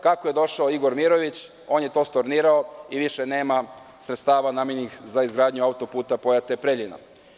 Kako je došao Igor Mirović on je to stornirao i više nema sredstava namenjenih za izgradnju autoputa Pojate-Preljina.